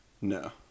No